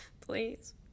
Please